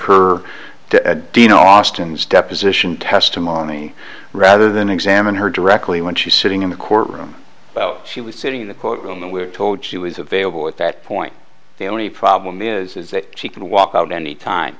know austin's deposition testimony rather than examine her directly when she's sitting in the courtroom she was sitting in the courtroom and we're told she was available at that point the only problem is is that she can walk out any time